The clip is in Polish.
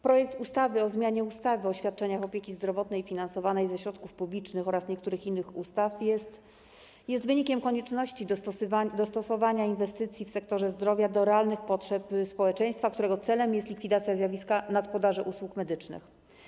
Projekt ustawy o zmianie ustawy o świadczeniach opieki zdrowotnej finansowanych ze środków publicznych oraz niektórych innych ustaw jest wynikiem konieczności dostosowania inwestycji w sektorze zdrowia do realnych potrzeb społeczeństwa, którego celem jest likwidacja zjawiska nadpodaży usług medycznych.